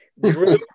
Drew